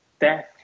death